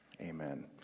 amen